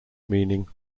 meaning